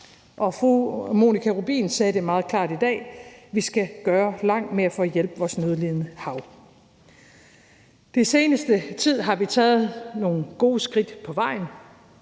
Fru Monika Rubin sagde det meget klart i dag: Vi skal gøre langt mere for at hjælpe vores nødlidende hav. Den seneste tid har vi taget nogle gode skridt på vejen.